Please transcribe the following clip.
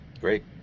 Great